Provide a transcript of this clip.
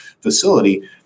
facility